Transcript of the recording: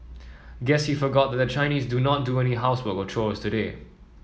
guess he forgot that the Chinese do not do any housework or chores today